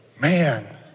man